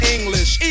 English